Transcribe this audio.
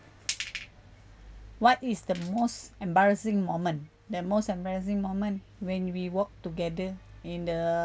what is the most embarrassing moment the most embarrassing moment when we walk together in